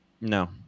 No